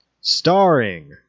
Starring